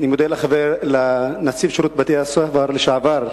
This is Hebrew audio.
אני מודה לנציב שירות בתי-הסוהר לשעבר,